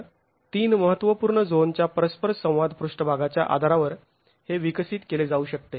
तर 3 महत्त्वपूर्ण झोनच्या परस्पर संवाद पृष्ठभागाच्या आधारावर हे विकसित केले जाऊ शकते